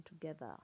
together